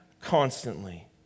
constantly